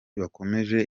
bakomeje